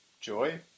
joy